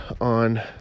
on